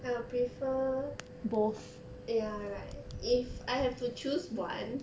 I'll prefer ya right if I have to choose one